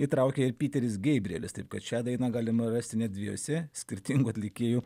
įtraukė ir piteris geibrielis taip kad šią dainą galima rasti net dviejuose skirtingų atlikėjų